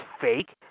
fake